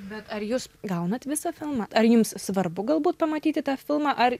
bet ar jūs gaunat visą filmą ar jums svarbu galbūt pamatyti tą filmą ar